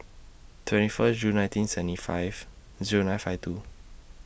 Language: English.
twenty First June nineteen seventy five Zero nine five two